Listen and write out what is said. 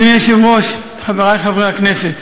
אדוני היושב-ראש, חברי חברי הכנסת,